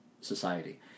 society